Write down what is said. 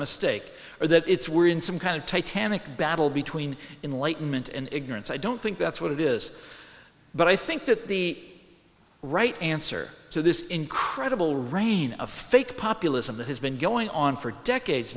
mistake or that it's we're in some kind of titanic battle between in light moment and ignorance i don't think that's what it is but i think that the right answer to this incredible reign of fake populism that has been going on for decades